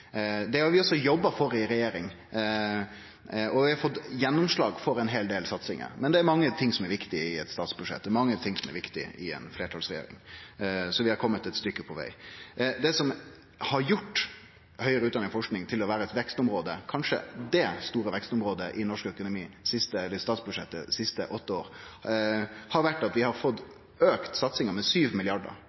Det har vi også jobba for i regjering, og vi har fått gjennomslag for ei rekke satsingar. Men det er mange ting som er viktige i eit statsbudsjett, det er mange ting som er viktige i ei fleirtalsregjering, så vi har komme eit stykke på veg. Det som har gjort høgare utdanning og forsking til eit vekstområde – kanskje dét store vekstområdet – i statsbudsjettet dei siste åtte åra, har vore at vi har fått auka satsinga med